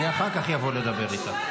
אחר כך אני אבוא לדבר איתך.